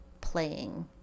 playing